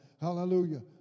Hallelujah